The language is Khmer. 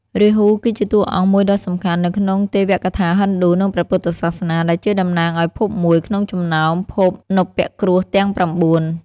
រាហូ គឺជាតួអង្គមួយដ៏សំខាន់នៅក្នុងទេវកថាហិណ្ឌូ និងព្រះពុទ្ធសាសនា ដែលជាតំណាងឱ្យភពមួយក្នុងចំណោមភពនព្វគ្រោះទាំង ៩ ។